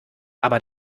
aber